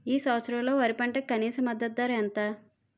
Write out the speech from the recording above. ఈ సంవత్సరంలో వరి పంటకు కనీస మద్దతు ధర ఎంత?